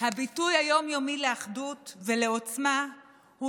הביטוי היום-יומי לאחדות ולעוצמה הוא